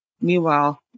Meanwhile